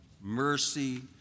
mercy